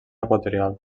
equatorial